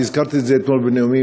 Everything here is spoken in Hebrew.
הזכרתי את זה אתמול בנאומי,